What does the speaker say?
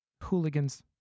hooligans